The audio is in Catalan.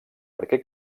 perquè